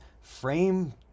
frame